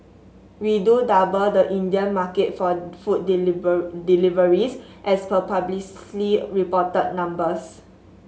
we do double the Indian market for food deliver deliveries as per publicly reported numbers